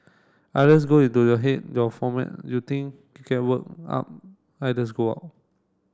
ideas go into your head your you think get worked up ideas go out